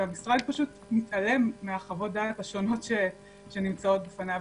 והמשרד מתעלם מחוות הדעת השונות שנמצאות בפניו,